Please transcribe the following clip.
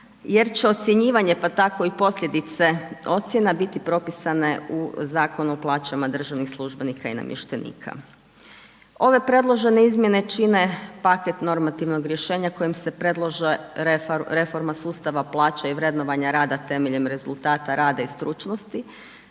jer će ocjenjivanje, pa tako i posljedice ocjena biti propisane u zakon o plaćama državnih službenika i namještenika. Ove predložene izmjene čine paket normativnog rješenja, kojim se predlaže reforme sustava plaća i vrednovanje rada, temeljem rezultata rada i stručnosti,